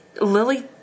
Lily